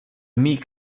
meek